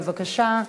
בבקשה.